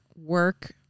work